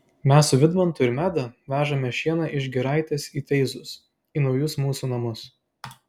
mes su vidmantu ir meda vežame šieną iš giraitės į teizus į naujus mūsų namus